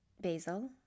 basil